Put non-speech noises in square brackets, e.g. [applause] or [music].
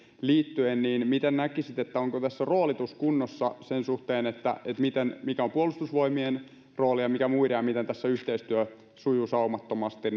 liittyen niin miten näkisitte onko tässä roolitus kunnossa sen suhteen että mikä on puolustusvoimien rooli ja mikä muiden ja miten tässä yhteistyö sujuu saumattomasti [unintelligible]